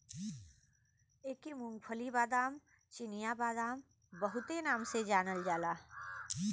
एके मूंग्फल्ली, बादाम, चिनिया बादाम बहुते नाम से जानल जाला